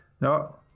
no